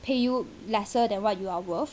pay you lesser than what you are worth